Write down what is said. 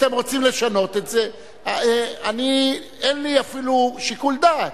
אתם רוצים לשנות את זה, אין לי אפילו שיקול דעת.